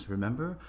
Remember